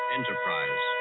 Enterprise